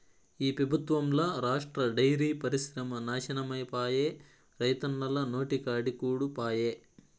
ఈ పెబుత్వంల రాష్ట్ర డైరీ పరిశ్రమ నాశనమైపాయే, రైతన్నల నోటికాడి కూడు పాయె